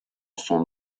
son